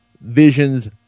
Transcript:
Vision's